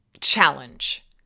challenge